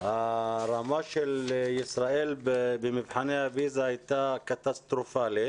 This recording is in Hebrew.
הרמה של ישראל במבחני הפיז"ה הייתה קטסטרופלית